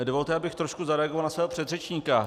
Dovolte, abych trošku zareagoval na svého předřečníka.